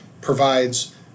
provides